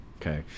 Okay